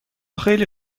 خیلی